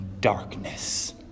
darkness